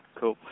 Cool